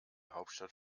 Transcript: hauptstadt